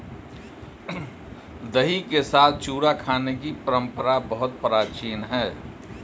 दही के साथ चूड़ा खाने की परंपरा बहुत प्राचीन है